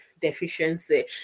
deficiency